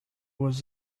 was